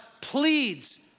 pleads